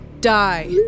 Die